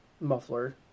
muffler